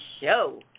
Show